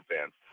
fans